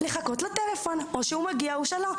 אני צריכה לחכות לטלפון ואז או שהוא מגיע או שלא.